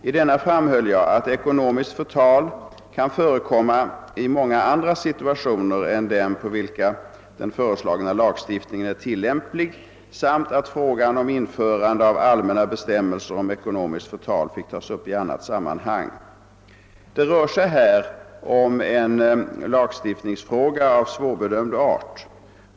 I denna framhöll jag, att ekonomiskt förtal kan förekomma i många andra situationer än dem på vilka den föreslagna lagstiftningen är tillämplig samt att frågan om införande av allmänna bestämmelser om ekonomiskt förtal fick tas upp i annat sammanhang. Det rör sig här om en lagstiftningsfråga av svårbedömd art.